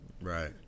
right